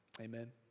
Amen